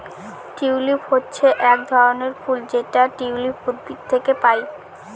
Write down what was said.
tulip হচ্ছে এক ধরনের ফুল যেটা টিউলিপ উদ্ভিদ থেকে পায়